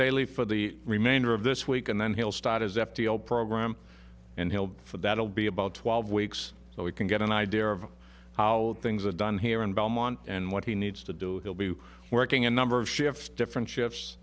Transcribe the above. daley for the remainder of this week and then he'll start his f t l program and for that will be about twelve weeks so we can get an idea of how things are done here in belmont and what he needs to do will be working a number of shifts different shifts